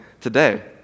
today